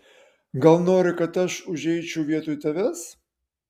gal nori kad aš užeičiau vietoj tavęs